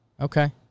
Okay